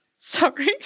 Sorry